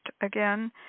again